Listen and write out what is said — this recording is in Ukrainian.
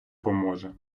поможе